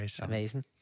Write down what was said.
Amazing